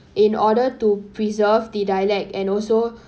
in order to preserve the dialect and also